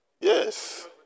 Yes